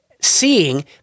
seeing